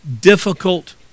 difficult